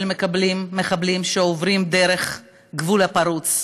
של מחבלים שעוברים דרך הגבול הפרוץ.